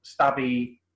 stabby